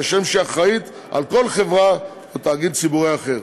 כשם שהיא אחראית לכל חברה ותאגיד ציבורי אחר.